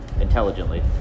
intelligently